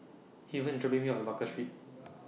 Haven IS dropping Me off At Baker Street